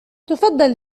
تفضل